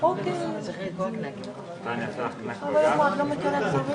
לא להוריד.